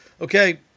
Okay